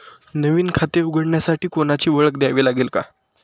नवीन खाते उघडण्यासाठी कोणाची ओळख द्यावी लागेल का?